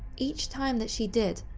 each time that she did,